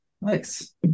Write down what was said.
Nice